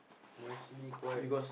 I'm actually quite